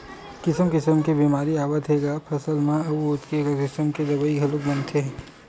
किसम किसम के बेमारी आवत हे ग फसल म अउ ओतके किसम के दवई घलोक बनत हे